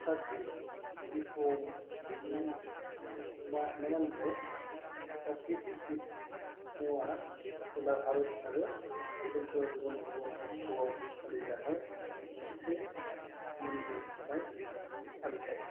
कार्तिक दीपम ना मा होनदोंलाय कार्तिक दीपमआ खोला भारत आरो श्रीलंकायाव गुबुन गुबुन अक्ट'आव फालिजानाय मोनसे सोमोन्दो थानाय फालिथाइ